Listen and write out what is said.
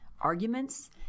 arguments